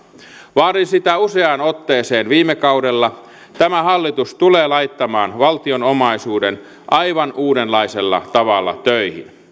vaadin sitä useaan otteeseen viime kaudella tämä hallitus tulee laittamaan valtion omaisuuden aivan uudenlaisella tavalla töihin